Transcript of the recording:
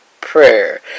Prayer